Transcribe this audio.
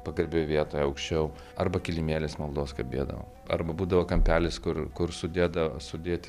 pagarbioj vietoje aukščiau arba kilimėlis maldos kabėdavo arba būdavo kampelis kur kur sudeda sudėti